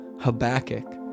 Habakkuk